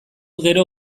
gero